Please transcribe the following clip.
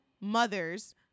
mothers